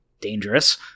dangerous